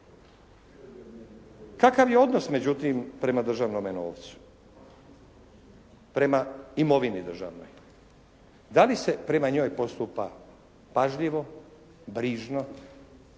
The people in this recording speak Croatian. Kakav je odnos međutim prema državnome novcu, prema imovini državnoj. Da li se prema njoj postupa pažljivo, brižno,